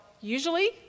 usually